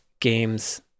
games